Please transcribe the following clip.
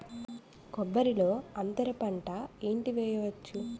కొబ్బరి లో అంతరపంట ఏంటి వెయ్యొచ్చు?